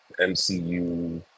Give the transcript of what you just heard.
MCU